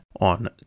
on